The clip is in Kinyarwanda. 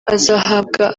azahabwa